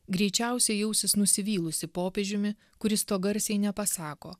greičiausiai jausis nusivylusi popiežiumi kuris to garsiai nepasako